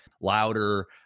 louder